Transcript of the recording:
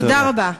תודה רבה.